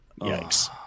Yikes